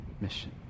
mission